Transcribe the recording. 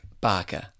Barker